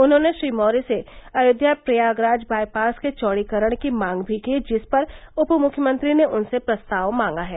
उन्होंने श्री मौर्य से अयोध्या प्रयागराज बाईपास के चौड़ीकरण की मांग भी की जिस पर उपमुख्यमंत्री ने उनसे प्रस्ताव मांगा है